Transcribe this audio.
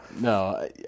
No